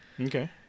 Okay